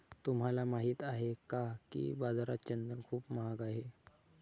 तुम्हाला माहित आहे का की बाजारात चंदन खूप महाग आहे?